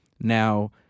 Now